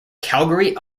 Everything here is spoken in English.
calgary